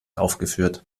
aufgeführt